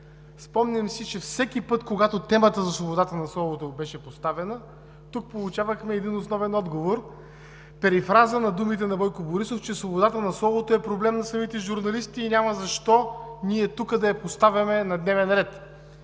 Спомням си, че всеки път, когато темата за свободата на словото беше поставяна, тук получавахме един основен отговор, парафраза на думите на Бойко Борисов, че свободата на словото е проблем на самите журналисти и няма защо ние тук да я поставяме на дневен ред.